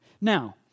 Now